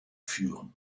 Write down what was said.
führen